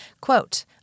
Quote